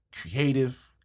creative